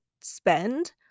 spend